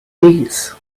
these